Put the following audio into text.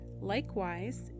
Likewise